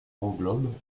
englobe